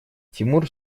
тимур